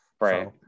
Right